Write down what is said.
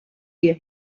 ihr